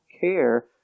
care